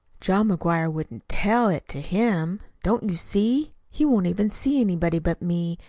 john mcguire wouldn't tell it to him. don't you see? he won't even see anybody but me,